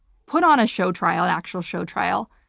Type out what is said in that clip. put on a show trial, an actual show trial,